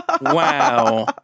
Wow